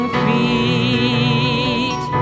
feet